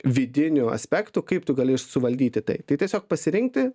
vidinių aspektų kaip tu gali suvaldyti tai tai tiesiog pasirinkti